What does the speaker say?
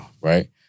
right